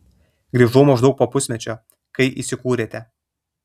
grįžau maždaug po pusmečio kai įsikūrėte